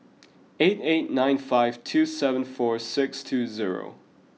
eight eight nine five two seven four six two zero